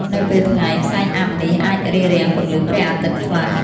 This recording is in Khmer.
នៅពេលថ្ងៃ ផ្សែងអ័ព្ទនេះអាចរារាំងពន្លឺព្រះអាទិត្យខ្លះ។